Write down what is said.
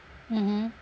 mmhmm